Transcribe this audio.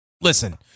listen